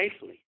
safely